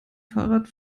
fahrrad